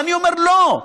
ואני אומר: לא.